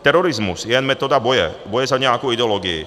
Terorismus je jen metoda boje, boje za nějakou ideologii.